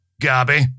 Gabby